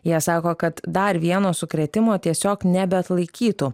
jie sako kad dar vieno sukrėtimo tiesiog nebeatlaikytų